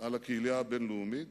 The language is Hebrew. על הקהילייה הבין-לאומית,